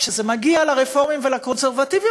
כשזה מגיע לרפורמים ולקונסרבטיבים,